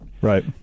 Right